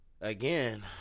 again